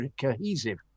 cohesive